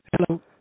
hello